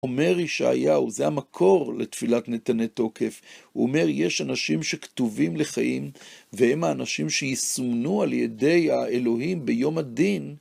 אומר ישעיהו, זה המקור לתפילת נתנה תוקף, הוא אומר, יש אנשים שכתובים לחיים, והם האנשים שיסומנו על ידי האלוהים ביום הדין.